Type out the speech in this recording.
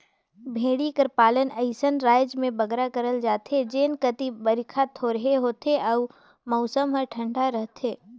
भेंड़ी कर पालन अइसन राएज में बगरा करल जाथे जेन कती बरिखा थोरहें होथे अउ मउसम हर ठंडा रहथे